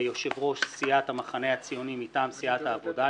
יושב-ראש סיעת המחנה הציוני מטעם סיעת העבודה,